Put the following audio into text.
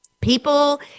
People